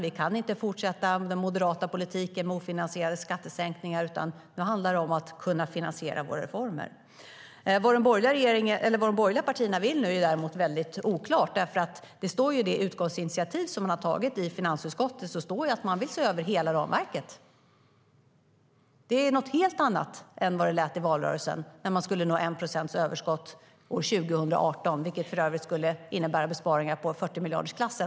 Vi kan inte fortsätta den moderata politiken med ofinansierade skattesänkningar, utan nu handlar det om att kunna finansiera våra reformer. Vad de borgerliga partierna nu vill är däremot väldigt oklart. Det står i det utskottsinitiativ som man har tagit i finansutskottet att man vill se över hela ramverket. Det är något helt annat än man sa i valrörelsen, när man skulle nå 1 procents överskott år 2018, vilket för övrigt skulle innebära besparingar i 40-miljardersklassen.